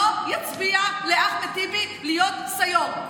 לא יצביעו לאחמד טיבי להיות סיו"ר.